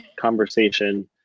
conversation